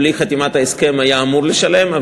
בלי חתימת ההסכם הוא היה אמור לשלם.